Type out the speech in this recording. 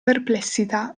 perplessità